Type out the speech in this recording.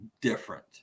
different